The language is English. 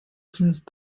since